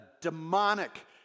demonic